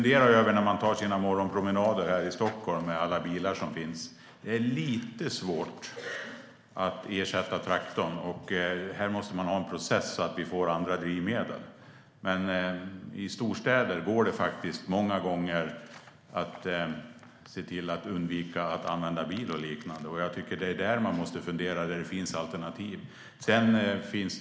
Det är lite svårt att ersätta traktorn, och här måste man ha en process så att vi får andra drivmedel. Men i storstäder går det faktiskt många gånger att undvika att använda bilen. Det kan man fundera över när man tar sina morgonpromenader i Stockholm med alla bilar som finns här. Det är i städerna det finns alternativ och man måste fundera på vad man kan göra.